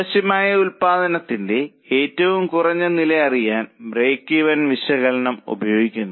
ആവശ്യമായ ഉൽപ്പാദനത്തിന്റെ ഏറ്റവും കുറഞ്ഞ നില അറിയാൻ ബ്രേക്ക് ഈവൻ വിശകലനം ഉപയോഗിക്കുന്നു